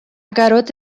garota